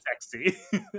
sexy